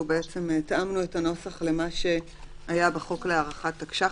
התאמנו את הנוסח למה שהיה בחוק להארכת תקש"ח.